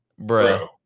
Bro